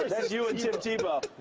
that's you and tim tebow.